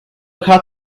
caught